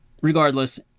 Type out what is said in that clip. Regardless